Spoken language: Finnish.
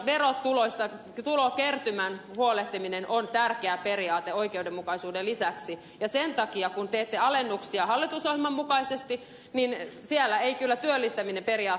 myös valtion verotulokertymästä huolehtiminen on tärkeä periaate oikeudenmukaisuuden lisäksi ja sen takia kun teette alennuksia hallitusohjelman mukaisesti niin siellä ei kyllä työllistäminen periaatteena näkynyt